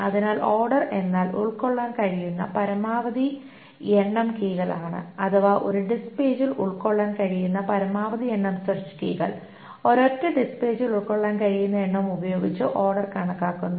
അതിനാൽ ഓർഡർ എന്നാൽ ഉൾകൊള്ളാൻ കഴിയുന്ന കഴിയുന്ന പരമാവധി എണ്ണം കീകൾ ആണ് അഥവാ ഒരു ഡിസ്ക് പേജിൽ ഉൾക്കൊള്ളാൻ കഴിയുന്ന പരമാവധി എണ്ണം സെർച്ച് കീകൾ ഒരൊറ്റ ഡിസ്ക് പേജിൽ ഉൾക്കൊള്ളാൻ കഴിയുന്ന എണ്ണം ഉപയോഗിച്ച് ഓർഡർ കണക്കാക്കുന്നു